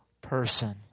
person